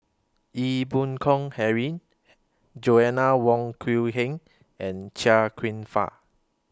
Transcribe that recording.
Ee Boon Kong Henry Joanna Wong Quee Heng and Chia Kwek Fah